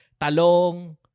talong